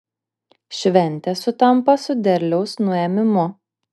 šventė sutampa su derliaus nuėmimu